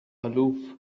aloof